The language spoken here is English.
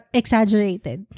exaggerated